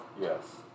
Yes